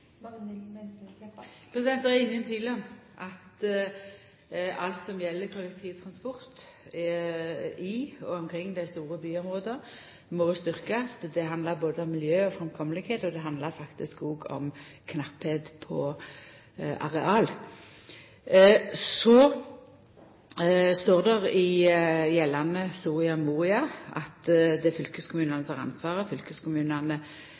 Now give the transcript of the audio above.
er ingen tvil om at alt som gjeld kollektivtransport i og omkring dei store byområda, må styrkjast. Det handlar både om miljø og framkomelegheit, og det handlar faktisk òg om mangel på areal. Så står det i gjeldande Soria Moria at det er fylkeskommunane som har ansvaret. Fylkeskommunane